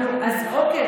אז אוקיי,